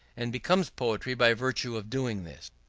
and becomes poetry by virtue of doing this.